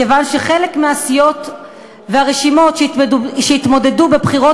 כיוון שחלק מהסיעות והרשימות שהתמודדו בבחירות